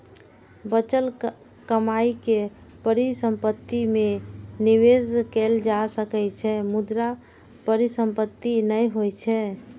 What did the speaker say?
बचल कमाइ के परिसंपत्ति मे निवेश कैल जा सकै छै, मुदा परिसंपत्ति नै होइ छै